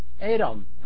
Adam